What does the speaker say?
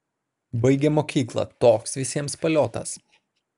baigėm mokyklą toks visiems paliotas